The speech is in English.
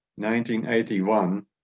1981